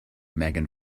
megan